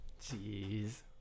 Jeez